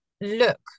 look